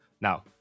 Now